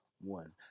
one